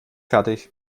fertig